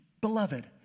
Beloved